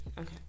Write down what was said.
Okay